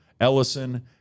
Ellison